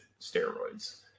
steroids